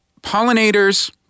Pollinators